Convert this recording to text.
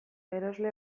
erosle